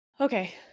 Okay